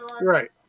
Right